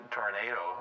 tornado